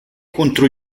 contro